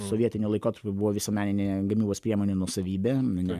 sovietiniu laikotarpiu buvo visuomeninė gamybos priemonių nuosavybė jinai